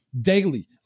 daily